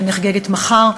שנחגגת מחר,